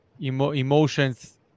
emotions